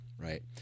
right